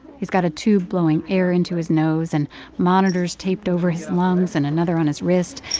he's got a tube blowing air into his nose, and monitors taped over his lungs and another on his wrist,